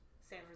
San